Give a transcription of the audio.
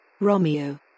Romeo